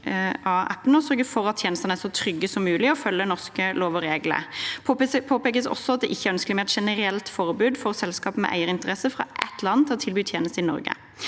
og å sørge for at tjenestene er så trygge som mulig og følger norske lover og regler. Det påpekes også at det ikke er ønskelig med et generelt forbud mot at selskap med eierinteresser fra ett land skal tilby tjenester i Norge.